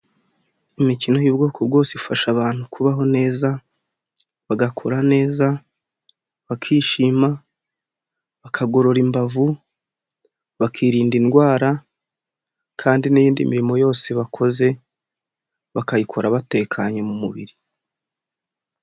Imikino y'ubwoko bwose ifasha abantu kubaho neza bagakura neza bakishima bakagorora imbavu bakirinda indwara kandi n'iyindi mirimo yose bakoze bakayikora batekanye mu mubiri.